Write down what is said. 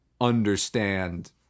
understand